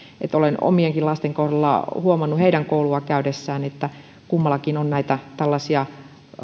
olen omienkin lasten kohdalla huomannut heidän koulua käydessään että kummallakin on tällaisia